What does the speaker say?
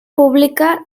pública